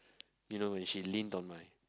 you know when she lean on my